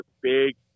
big